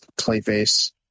Clayface